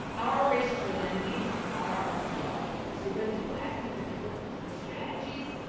our racial identities are our toolboxes. so when people ask me for tools and strategies,